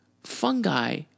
fungi